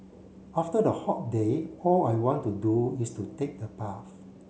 after the hot day all I want to do is to take a bath